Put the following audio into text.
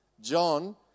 John